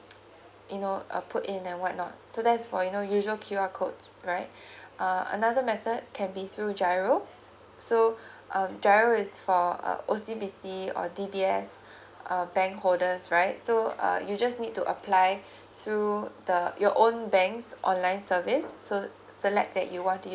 you know uh put in a white note that's for you know usual Q_R code right uh another method can be through giro so um giro is for uh O_C_B_C or D_B_S uh bank holders right so uh you just need to apply through the your own bank online service so select that you want to use